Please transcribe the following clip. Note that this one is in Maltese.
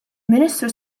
ministru